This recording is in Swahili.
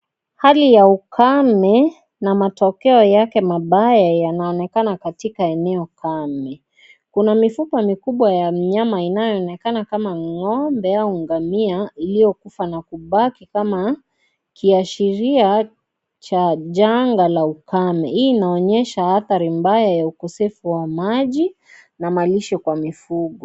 Hali ya ukame na matokeo yake mabaya yanaonekana katika eneo kame, kuna mifugo mikubwa ya mnyama inayoonekana kama ngombe au ngamia iliyokufa na kubaki kama kiashiria cha janga la ukame. Hii inaonyesha hathari mbaya ya ukosefu wa maji na malisho kwa mifugo.